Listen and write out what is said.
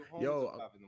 Yo